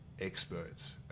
experts